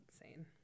insane